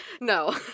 no